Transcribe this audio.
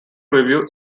review